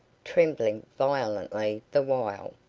trembling violently the while.